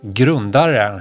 grundare